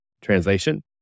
Translation